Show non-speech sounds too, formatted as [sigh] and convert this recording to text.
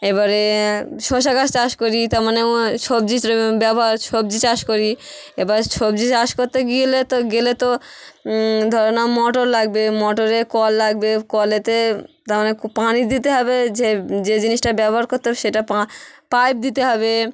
এবারে শসা গাছ চাষ করি তা মানে আমার সবজি [unintelligible] ব্যবহার সবজি চাষ করি এবার সবজি চাষ করতে গেলে তো গেলে তো ধরে নাও মোটর লাগবে মোটরের কল লাগবে কলেতে তা অনেক পানি দিতে হবে যে যে জিনিসটা ব্যবহার করতে হবে সেটা পা পাইপ দিতে হবে